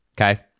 Okay